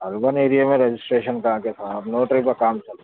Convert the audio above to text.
urban area میں registration کا کے صاحب نوٹری کا کام چل رہا